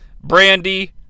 Brandy